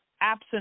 Absent